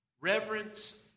reverence